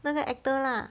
那个 actor lah